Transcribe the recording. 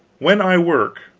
when i work,